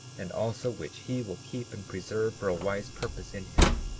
and also which he will keep and preserve for a wise purpose in him,